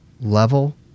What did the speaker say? level